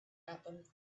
happen